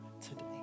today